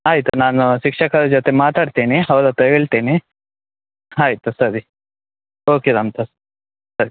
ಆಯಿತು ನಾನು ಶಿಕ್ಷಕರ ಜೊತೆ ಮಾತಾಡ್ತೇನೆ ಅವ್ರತ್ರ ಹೇಳ್ತೇನೆ ಆಯ್ತು ಸರಿ ಓಕೆ ರಾಮ್ದಾಸ್ ಸರಿ